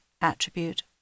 attribute